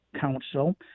council